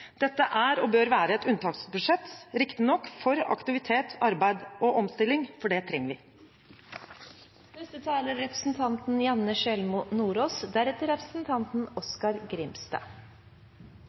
dette statsbudsjettet. Dette er og bør være et unntaksbudsjett, riktignok for aktivitet, arbeid og omstilling, for det trenger